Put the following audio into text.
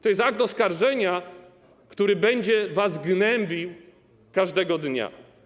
To jest akt oskarżenia, który będzie was gnębił każdego dnia.